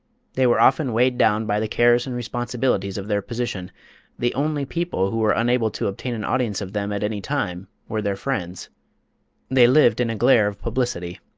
they were often weighed down by the cares and responsibilities of their position the only people who were unable to obtain an audience of them at any time were their friends they lived in a glare of publicity,